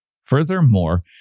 Furthermore